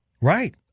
Right